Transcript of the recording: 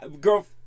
Girl